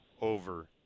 over